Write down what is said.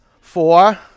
Four